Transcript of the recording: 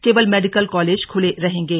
केवल medical college खूले रहेंगे